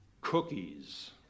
Cookies